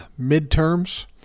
midterms